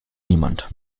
niemand